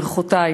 ברכותי.